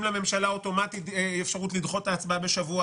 לממשלה אוטומטית אפשרות לדחות את ההצבעה בשבוע.